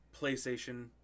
PlayStation